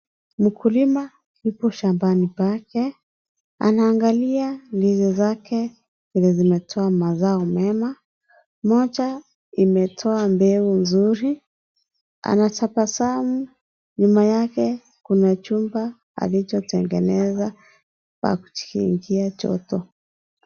Mkulima yupo shambani pake. Anaangalia ndizi zake zenye zimetoa mazao mema. Moja imetoa mbegu nzuri. Anatabasamu. Nyuma yake, kuna chumba alichotengeneza pa kuingia joto.